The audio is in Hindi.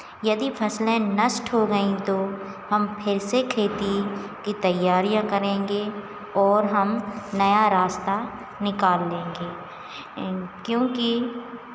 यदि फसलें नष्ट हो गईं तो हम फिर से खेती की तैयारियाँ करेंगे ओर हम नया रास्ता निकाल लेंगे क्योंकि